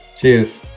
Cheers